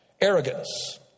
arrogance